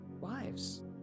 wives